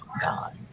God